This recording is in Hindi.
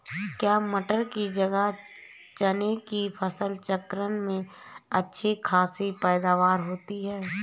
क्या मटर की जगह चने की फसल चक्रण में अच्छी खासी पैदावार होती है?